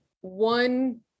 one